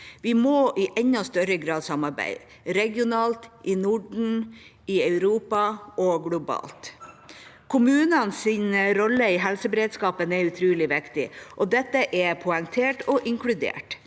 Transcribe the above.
Vi må i enda større grad samarbeide – regionalt i Norden, i Europa og globalt. Kommunenes rolle i helseberedskapen er utrolig viktig, og dette er poengtert og inkludert.